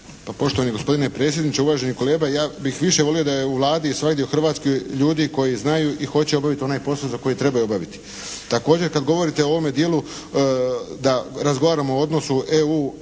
Pa poštovani gospodine predsjedniče. Uvaženi kolega ja bih više volio da je u Vladi i svagdje u Hrvatskoj ljudi koji znaju i hoće obaviti onaj posao za koji trebaju obaviti. Također kad govorite o ovome dijelu da razgovaramo o odnosu EU